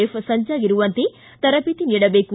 F ಸಜ್ಜಾಗಿರುವಂತೆ ತರಬೇತಿ ನೀಡಬೇಕು